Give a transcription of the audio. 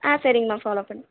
சரிங்க ma'am follow பண்ணுறேன்